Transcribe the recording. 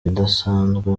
ibidasanzwe